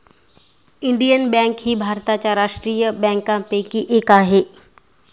Indian bank ही भारताच्या राष्ट्रीय बँकांपैकी एक आहे